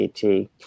CT